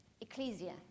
ecclesia